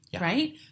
Right